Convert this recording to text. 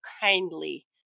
kindly